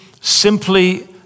simply